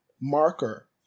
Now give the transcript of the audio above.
marker